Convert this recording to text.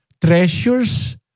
treasures